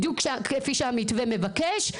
בדיוק כמו שהמתווה מבקש,